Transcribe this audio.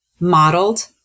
Modeled